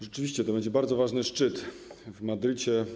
Rzeczywiście to będzie bardzo ważny szczyt w Madrycie.